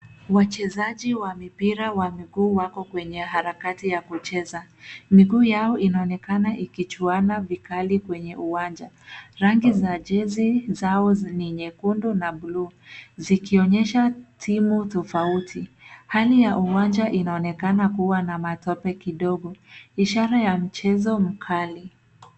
Wachezaji wa mipira wa miguu wako kwenye harakati ya kucheza. Miguu yao inaonekana ikichuana vikali kwenye uwanja. Rangi za jezi zao ni nyekundu na bluu, zikionyesha timu tofauti. Hali ya uwanja inaonekana kuwa na matope kidogo, ishara ya mchezo mkali.